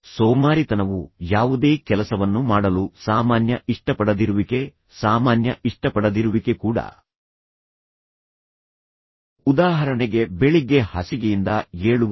ಸೋಮಾರಿತನವು ಯಾವುದೇ ಕೆಲಸವನ್ನು ಮಾಡಲು ಸಾಮಾನ್ಯ ಇಷ್ಟಪಡದಿರುವಿಕೆ ಸಾಮಾನ್ಯ ಇಷ್ಟಪಡದಿರುವಿಕೆ ಕೂಡ ಉದಾಹರಣೆಗೆ ಬೆಳಿಗ್ಗೆ ಹಾಸಿಗೆಯಿಂದ ಏಳುವುದು